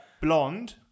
Blonde